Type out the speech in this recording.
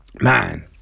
Man